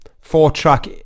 four-track